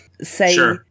say